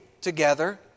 together